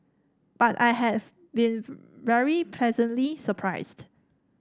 but I've been very pleasantly surprised